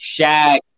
Shaq